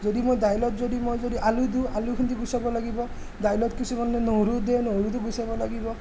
যদি মই দাইলত যদি মই যদি আলু দিওঁ আলুখিনি গুচাব লাগিব দাইলত কিছুমানে নহৰুও দিয়ে নহৰুটো গুচাব লাগিব